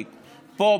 כי פה,